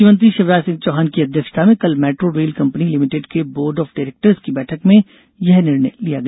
मुख्यमंत्री शिवराज सिंह चौहान की अध्यक्षता में कल मेट्रो रेल कंपनी लिमिटेड के बोर्ड ऑफ डायरेक्टर्स की बैठक में यह निर्णय लिया गया